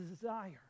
desire